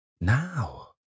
Now